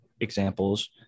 examples